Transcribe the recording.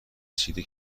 رسیده